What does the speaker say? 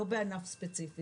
לא בענף ספציפי,